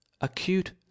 Acute